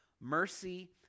mercy